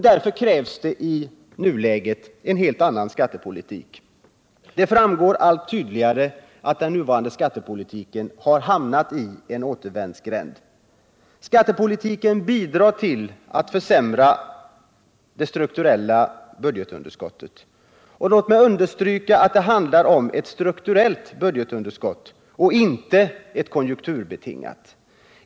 Därför krävs det i nuläget en annan skattepolitik. Det framgår allt tydligare att den nuvarande skattepolitiken har hamnat i en återvändsgränd. Skattepolitiken bidrar till att försämra det strukturella budgetunderskottet — och låt mig understryka att det handlar om ett strukturellt och inte ett konjunkturbetingat budgetunderskott.